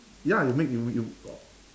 ya you make you you uh